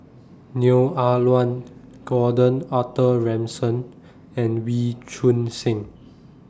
Neo Ah Luan Gordon Arthur Ransome and Wee Choon Seng